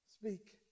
Speak